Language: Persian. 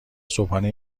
صبحانه